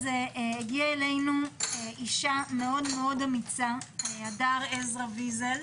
הגיעה אלינו אשה מאוד אמיצה, הדר עזרא ויזל,